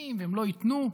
מסכימים והם לא ייתנו.